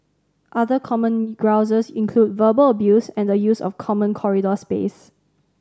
other common grouses include verbal abuse and the use of common corridor space